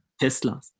Tesla